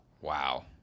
wow